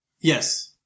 Yes